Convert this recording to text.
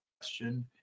question